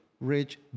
rich